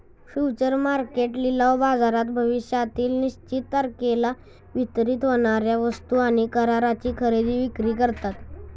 future market लिलाव बाजारात भविष्यातील निश्चित तारखेला वितरित होणार्या वस्तू आणि कराराची खरेदी विक्री करतात